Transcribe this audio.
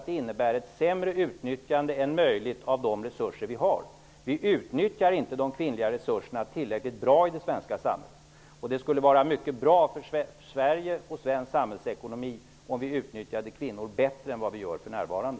Det innebär ett sämre utnyttjande än möjligt av de resurser som finns. Vi utnyttjar inte de kvinnliga resurserna tillräckligt bra i det svenska samhället. Det skulle vara bra för Sverige och svensk samhällsekonomi om vi utnyttjade kvinnor bättre än vad vi gör för närvarande.